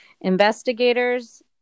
Investigators